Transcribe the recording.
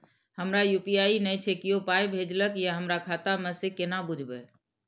हमरा यू.पी.आई नय छै कियो पाय भेजलक यै हमरा खाता मे से हम केना बुझबै?